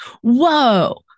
Whoa